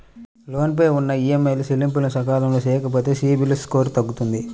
లోను పైన ఉన్న ఈఎంఐల చెల్లింపులను సకాలంలో చెయ్యకపోతే సిబిల్ స్కోరు తగ్గుతుంది